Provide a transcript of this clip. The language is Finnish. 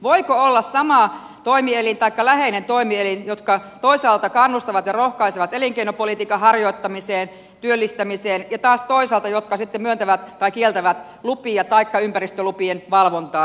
voiko olla sama toimielin taikka läheinen toimielin jotka toisaalta kannustavat ja rohkaisevat elinkeinopolitiikan harjoittamiseen työllistämiseen ja jotka sitten taas toisaalta myöntävät tai kieltävät lupia taikka ympäristölupien valvontaa